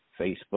Facebook